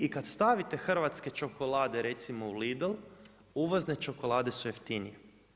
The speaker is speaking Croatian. Vi i kada stavite hrvatske čokolade recimo u Lidl uvozne čokolade su jeftinije.